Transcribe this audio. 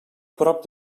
prop